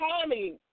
Tommy